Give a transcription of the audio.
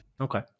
Okay